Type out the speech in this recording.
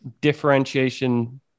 differentiation